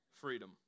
Freedom